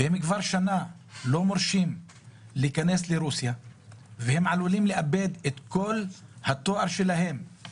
כבר שנה הם לא מורשים להיכנס לרוסיה והם עלולים לאבד את כל התואר שלהם